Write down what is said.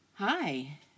Hi